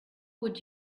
would